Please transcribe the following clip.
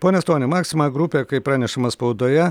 pone stoni maksima grupė kaip pranešama spaudoje